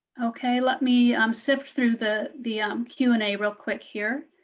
okay. let me um sift through the the um q and a real quick here.